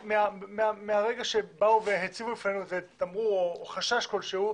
מהרגע שהציבו בפנינו תמרור או חשש כלשהו: